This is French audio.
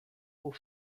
aux